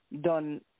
done